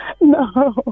No